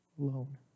alone